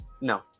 No